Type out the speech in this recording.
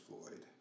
Floyd